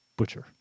Butcher